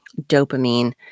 dopamine